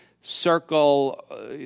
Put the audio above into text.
circle